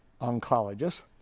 oncologist